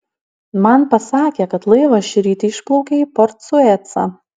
man pasakė kad laivas šįryt išplaukė į port suecą